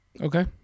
okay